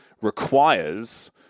requires